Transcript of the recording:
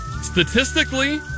Statistically